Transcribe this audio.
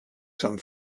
sommes